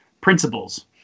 principles